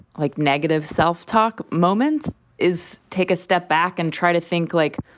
like negative self talk moments is take a step back and try to think like,